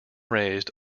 raised